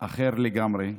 אחר לגמרי,